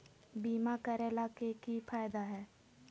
बीमा करैला के की फायदा है?